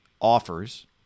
offers